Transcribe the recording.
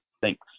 thanks